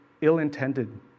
ill-intended